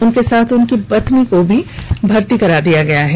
उनके साथ उनकी पत्नी को भी भर्ती किया गया है